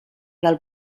del